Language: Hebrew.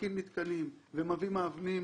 ומתקין מתקנים ומביא מאמנים,